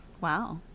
Wow